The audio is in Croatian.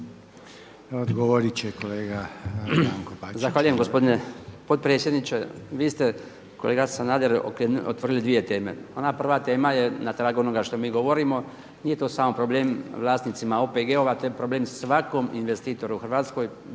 Odgovoriti će kolega Branko Bačić.